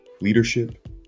leadership